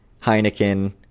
heineken